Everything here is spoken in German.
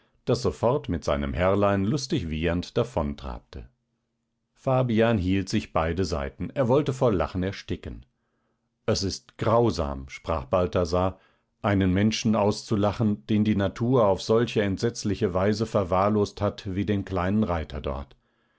das sofort mit seinem herrlein lustig wiehernd davontrabte fabian hielt sich beide seiten er wollte vor lachen ersticken es ist grausam sprach balthasar einen menschen auszulachen den die natur auf solche entsetzliche weise verwahrlost hat wie den kleinen reiter dort